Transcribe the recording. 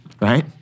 right